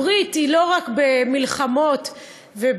הברית היא לא רק במלחמות ובאיבוד,